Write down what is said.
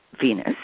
Venus